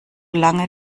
lange